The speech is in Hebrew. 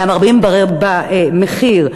למרבים במחיר,